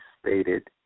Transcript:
stated